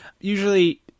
usually